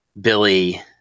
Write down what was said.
Billy